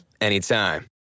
anytime